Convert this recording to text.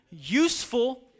useful